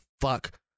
fuck